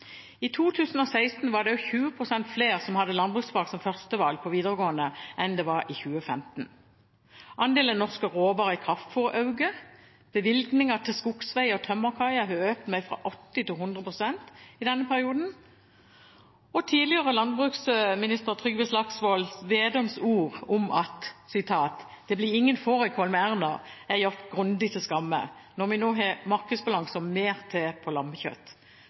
I 2016 var det 20 pst. flere som hadde landbruksfag som førstevalg på videregående enn det var i 2015. Andelen norske råvarer i kraftfôret øker. Bevilgninger til skogsveier og tømmerkaier har økt med fra 80 til 100 pst. i denne perioden. Og tidligere landbruksminister Trygve Slagsvold Vedums ord: «Det blir ingen norsk fårikål med Erna», er gjort grundig til skamme når vi nå har markedsbalanse og mer til på